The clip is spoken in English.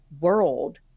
world